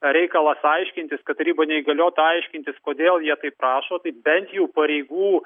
reikalas aiškintis kad taryba neįgaliota aiškintis kodėl jie taip prašo tai bent jau pareigų